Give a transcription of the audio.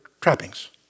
trappings